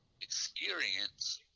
experience